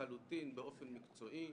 לחלוטין באופן מקצועי.